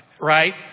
right